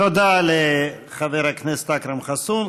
תודה לחבר הכנסת אכרם חסון.